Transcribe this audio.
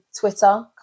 Twitter